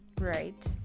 right